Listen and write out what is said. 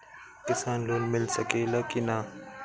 किसान लोन मिल सकेला कि न?